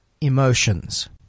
emotions